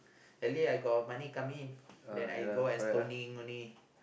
at least I got money come in than I go out and stoning only